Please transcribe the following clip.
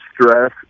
stress